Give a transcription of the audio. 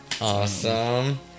Awesome